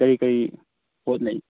ꯀꯔꯤ ꯀꯔꯤ ꯄꯣꯠ ꯂꯩ